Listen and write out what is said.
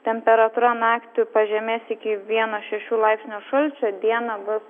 temperatūra naktį pažemės iki vieno šešių laipsnių šalčio dieną